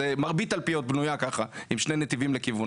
מרבית תלפיות בנויה כך עם שני נתיבים לכיוון.